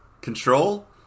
control